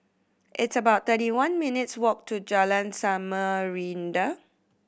it's about thirty one minutes' walk to Jalan Samarinda